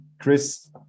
Chris